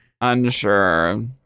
Unsure